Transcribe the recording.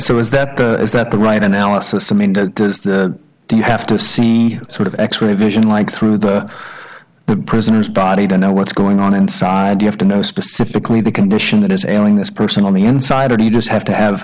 so is that is that the right analysis i mean to do you have to see sort of x ray vision like through the prisoner's body to know what's going on inside you have to know specifically the condition that is ailing this person on the inside or do you just have to have